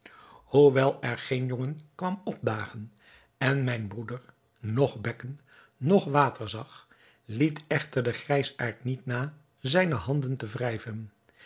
hoewel er geen jongen kwam opdagen en mijn broeder noch bekken noch water zag liet echter de grijsaard niet na zijne handen te wrijven